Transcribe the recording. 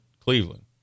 Cleveland